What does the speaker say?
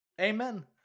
Amen